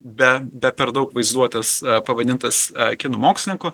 be be per daug vaizduotės pavadintas a kinų mokslininkų